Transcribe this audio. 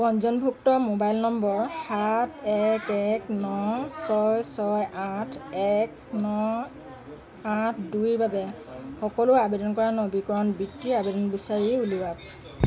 পঞ্জীয়নভুক্ত mobile number সাত এক এক ন ছয় ছয় আঠ এক ন আঠ দুইৰ বাবে সকলো আবেদন কৰা নবীকৰণ বৃত্তিৰ আবেদন বিচাৰি উলিয়াওঁক